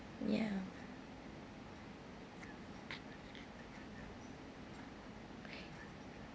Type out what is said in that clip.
ya